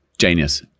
Genius